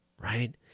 right